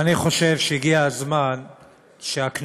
אני חושב שהגיע הזמן שהכנסת,